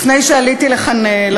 לפני שעליתי לכאן,